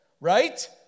Right